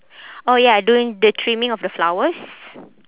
oh ya doing the trimming of the flowers